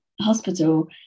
hospital